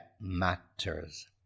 matters